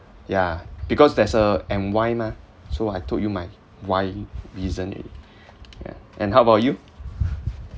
yeah because there's a and why mah so I told you my why reason already yeah and how about you